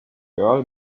girl